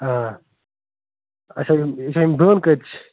آ اچھا یِم اچھا یِم دٲن کٍتِس چھِ